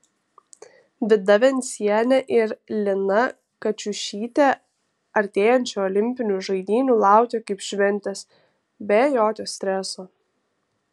vida vencienė ir lina kačiušytė artėjančių olimpinių žaidynių laukia kaip šventės be jokio streso